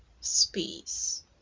space